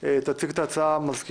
הוראת שעה) (תיקון), התש"ף-2020 (מ/1339),